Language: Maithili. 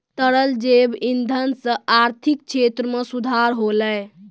तरल जैव इंधन सँ आर्थिक क्षेत्र में सुधार होलै